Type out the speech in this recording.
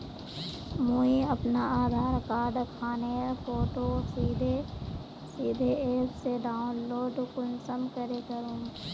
मुई अपना आधार कार्ड खानेर फोटो सीधे ऐप से डाउनलोड कुंसम करे करूम?